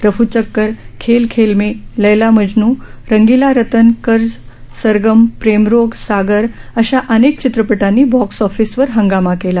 रफू चक्कर खेल खेल में लैला मजनू रंगीला रतन कर्ज सरगम प्रेमरोग सागर अशा अनेक चित्रपटांनी बॉक्स ऑफिसवर हंगामा केला